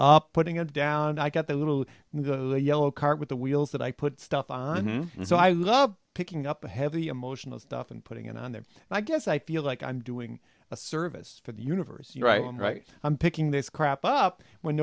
up putting it down i got the little in the yellow car with the wheels that i put stuff on and so i love picking up the heavy emotional stuff and putting it on there and i guess i feel like i'm doing a service for the universe you write and write i'm picking this crap up when